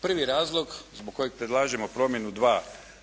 Prvi razlog zbog kojeg predlažemo promjenu 2.